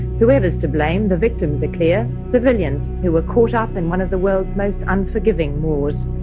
whoever is to blame, the victims are clear civilians who were caught up in one of the world's most unforgiving wars.